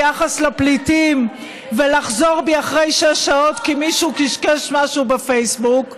ביחס לפליטים ולחזור בי אחרי שש שעות כי מישהו קשקש משהו בפייסבוק.